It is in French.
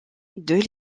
deux